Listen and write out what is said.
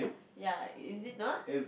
ya is is it not